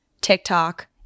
TikTok